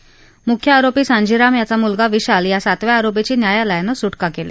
तर मुख्य आरोपी सांजीराम याचा मुलगा विशाल या सातव्या आरोपीची न्यायालयानं सुटका कली